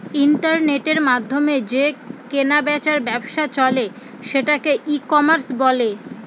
ইন্টারনেটের মাধ্যমে যে কেনা বেচার ব্যবসা চলে সেটাকে ই কমার্স বলে